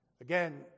again